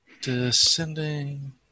Descending